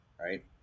right